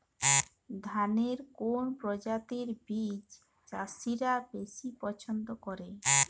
ধানের কোন প্রজাতির বীজ চাষীরা বেশি পচ্ছন্দ করে?